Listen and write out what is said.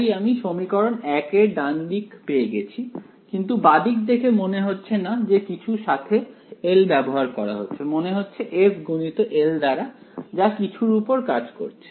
তাই আমি সমীকরণ 1 এর ডান দিক পেয়ে গেছি কিন্তু বাঁদিক দেখে মনে হচ্ছে না যে কিছু সাথে L ব্যবহার করা হয়েছে মনে হচ্ছে f গুণিত L দ্বারা যা কিছুর উপর কাজ করছে